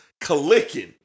clicking